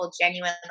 genuine